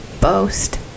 boast